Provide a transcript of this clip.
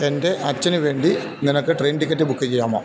എൻ്റെ അച്ഛനുവേണ്ടി നിനക്ക് ട്രെയിൻ ടിക്കറ്റ് ബുക്ക് ചെയ്യാമോ